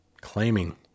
claiming